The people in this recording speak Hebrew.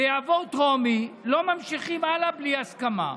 זה יעבור בטרומית ולא ממשיכים הלאה בלי הסכמה,